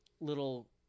little